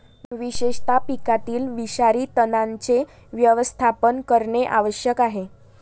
विशेषतः पिकातील विषारी तणांचे व्यवस्थापन करणे आवश्यक आहे